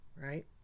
right